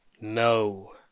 No